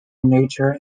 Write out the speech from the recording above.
nature